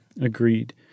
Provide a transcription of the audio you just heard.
Agreed